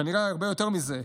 כנראה הרבה יותר מזה,